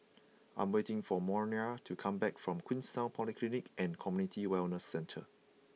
I am waiting for Moriah to come back from Queenstown Polyclinic and Community Wellness Centre